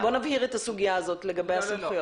בוא נבהיר את הסוגיה הזאת לגבי הסמכויות.